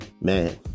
man